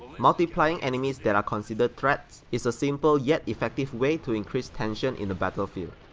multiplying enemies that are considered threats is a simple yet effective way to increase tension in a battlefield.